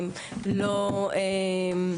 ענבי לא יודעים,